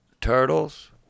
Turtles